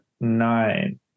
Nine